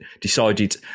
decided